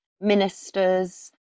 ministers